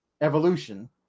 evolution